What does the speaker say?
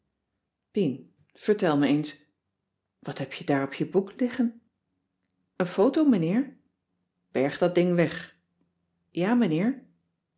pien vertel me eens wat heb je daar op je boek liggen een foto meneer berg dat ding weg ja meneer